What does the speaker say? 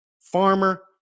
Farmer